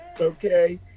okay